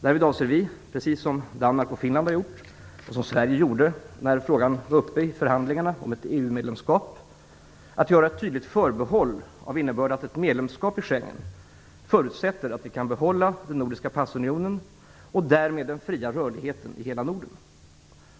Därvid avser vi - precis som Danmark och Finland har gjort, och som Sverige gjorde när frågan var uppe i förhandlingarna om EU medlemskap - att göra ett tydligt förbehåll av innebörd att ett medlemskap i Schengensamarbetet förutsätter att vi kan behålla den nordiska passunionen och därmed den fria rörligheten i hela Norden.